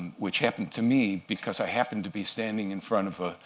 which happened to me because i happened to be standing in front of